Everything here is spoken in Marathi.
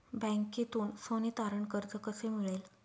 बँकेतून सोने तारण कर्ज कसे मिळेल?